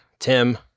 Tim